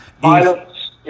violence